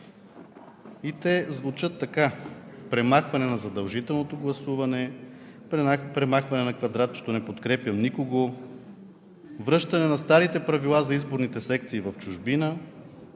и те звучат така: „Премахване на задължителното гласуване, премахване на квадратчето „не подкрепям никого“, връщане на старите правила за изборните секции в чужбина,